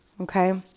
Okay